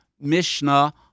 Mishnah